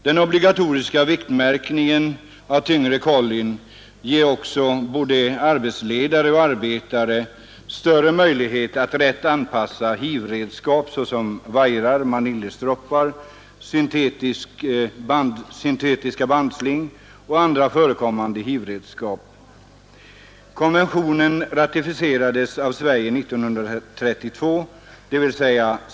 Den obligatoriska viktmärkningen av tyngre kollin ger också såväl arbetsledare som arbetare större möjlighet att rätt anpassa hivredskap såsom wirar, manillastroppar, syntetiska bandsling och andra förekommande hivredskap.